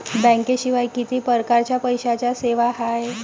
बँकेशिवाय किती परकारच्या पैशांच्या सेवा हाय?